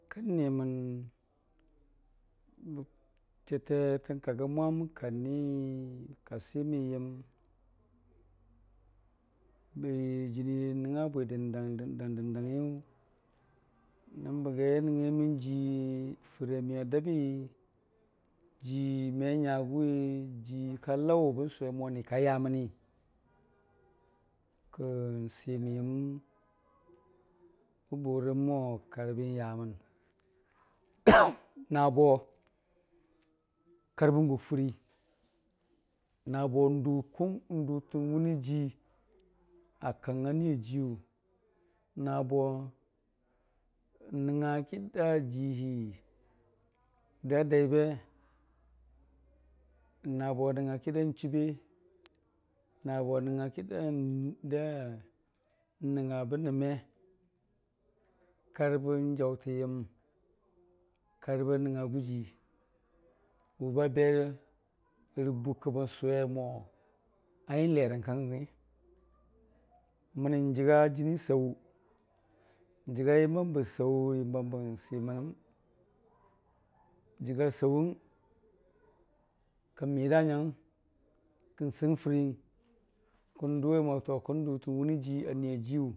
Kən nimən, chəte tən kagəm mwam kani kasimən yəm bəri jənii nəng nga bwi dəndang dəndangngi yʊ, nən bagi a nəngngai mən jii fərii amiyʊ a dəbi jiime nyagʊwi jii kalaʊ wʊbən sʊwe mo nika yaamən ni kən simən mo karbən yamən nabo karbən guk fərii nabo n'dʊ n'dʊtən wʊniii jii a kang a Niyajiiyu nabo n'nəngnga kida jiihii da adaaibe nabo n'nəngnga kida n'chube, na bo n'nəngnga ki da n'da n'nəngnga bəname, karbən jaʊtən yəm karbən nəngnga gʊjii wʊbabe rə rə bukki bən sʊwe mo n'lerang kangəngngi, məni n'jəga jənii sau n'jəga yəmbəmbə sau yəmbəmbən simənəm n'jəga sauwung kən mida nyangngəng kən sɨng fəriiyɨng kən dʊwe mo kən dʊtən wʊnii jii a niyajiiyu.